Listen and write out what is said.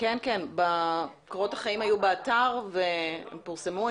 קורות החיים היו באתר והם פורסמו,